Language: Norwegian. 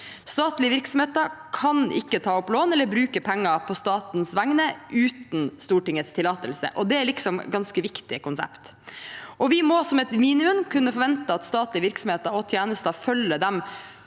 Statlige virksomheter kan ikke ta opp lån eller bruke penger på statens vegne uten Stortingets tillatelse, og det er liksom ganske viktige konsepter. Vi må som et minimum kunne forvente at statlige virksomheter og tjenester følger de